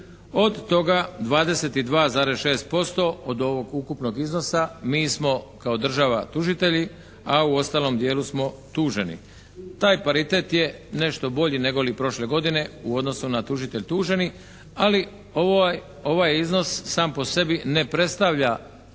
Od toga 22,6% od ovog ukupnog iznosa mi smo kao država tužitelji, a u ostalom dijelu smo tuženi. Taj paritet je nešto bolji negoli prošle godine u odnosu na tužitelj-tuženi, ali ovaj iznos sam po sebi ne predstavlja